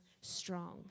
strong